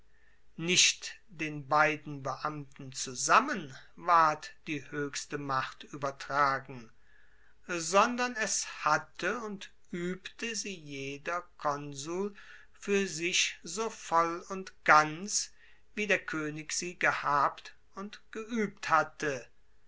nicht den beiden beamten zusammen ward die hoechste macht uebertragen sondern es hatte und uebte sie jeder konsul fuer sich so voll und ganz wie der koenig sie gehabt und geuebt hatte